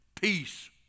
peace